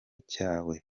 cyawe